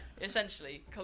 Essentially